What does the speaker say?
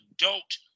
adult